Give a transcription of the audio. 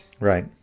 Right